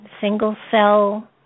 single-cell